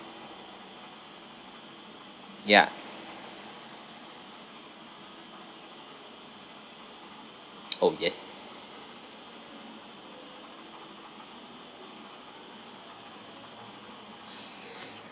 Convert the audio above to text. ya oh yes